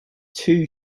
two